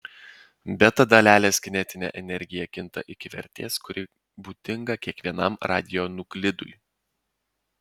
beta dalelės kinetinė energija kinta iki vertės kuri būdinga kiekvienam radionuklidui